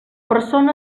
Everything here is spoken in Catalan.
persona